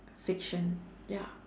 fiction ya